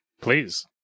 Please